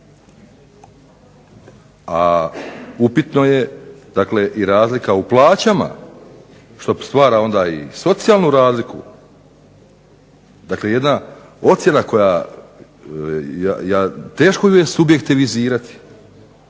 A upitno je dakle i razlika u plaćama što stvara onda i socijalnu razliku. Dakle jedna ocjena koja, teško ju je objektivizirani,